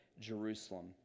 Jerusalem